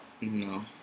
No